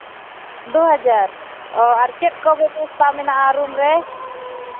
ᱫᱩ ᱦᱟᱡᱟᱨ ᱟᱨ ᱪᱮᱫ ᱠᱚ ᱵᱮᱵᱚᱥᱛᱷᱟ ᱢᱮᱱᱟᱜᱼᱟ ᱨᱩᱢ ᱨᱮ